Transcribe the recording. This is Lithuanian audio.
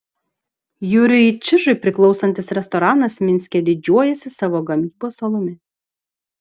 jurijui čižui priklausantis restoranas minske didžiuojasi savo gamybos alumi